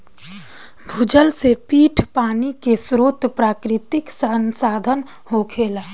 भूजल से मीठ पानी के स्रोत प्राकृतिक संसाधन होखेला